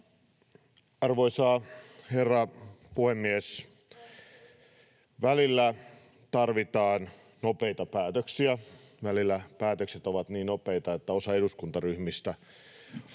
Arvoisa herra puhemies! Välillä tarvitaan nopeita päätöksiä — välillä päätökset ovat niin nopeita, että osalla eduskuntaryhmistä tekee